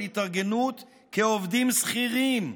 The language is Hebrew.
של התארגנות כעובדים שכירים,